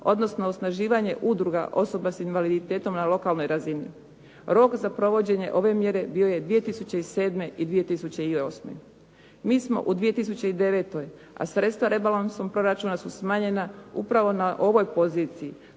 odnosno osnaživanje udruga osoba sa invaliditetom na lokalnoj razini. Rok za provođenje ove mjere bio je 2007. i 2008. Mi smo u 2009. a sredstva rebalansom proračuna su smanjena upravo na ovoj poziciji,